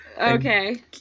Okay